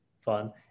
Fun